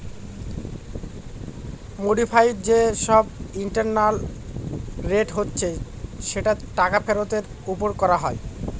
modified যে সব internal rate হচ্ছে যেটা টাকা ফেরতের ওপর করা হয়